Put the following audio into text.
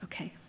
Okay